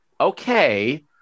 okay